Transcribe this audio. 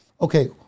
Okay